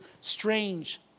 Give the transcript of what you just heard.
strange